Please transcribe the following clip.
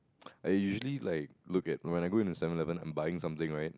like usually like look at when I go into Seven-Eleven I'm buying something right